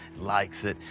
likes it,